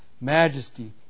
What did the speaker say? majesty